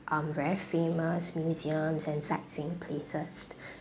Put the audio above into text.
um very famous museums and sightseeing places